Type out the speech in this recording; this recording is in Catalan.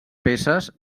peces